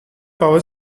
power